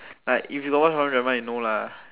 like if you got watch Korean drama you know lah